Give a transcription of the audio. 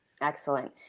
Excellent